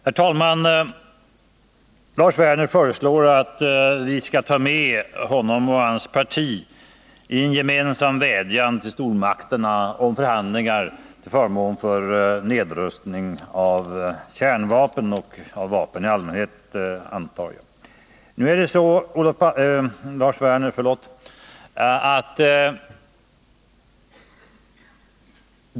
Herr talman! Lars Werner föreslår att vi skall ta med hans parti i en gemensam vädjan till stormakterna om förhandlingar till förmån för nedrustning av kärnvapen och — antar jag — vapen i allmänhet.